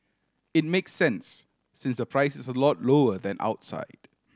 it makes sense since the price is a lot lower than outside